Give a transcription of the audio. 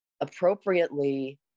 appropriately